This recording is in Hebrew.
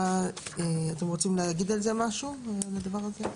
האם אתם רוצים להתייחס לדבר הזה?